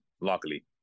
luckily